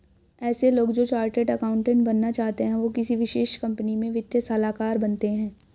ऐसे लोग जो चार्टर्ड अकाउन्टन्ट बनना चाहते है वो किसी विशेष कंपनी में वित्तीय सलाहकार बनते हैं